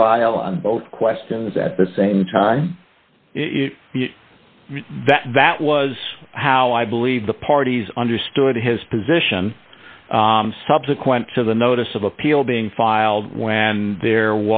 trial on both questions at the same time that that was how i believe the parties understood his position subsequent to the notice of appeal being filed when there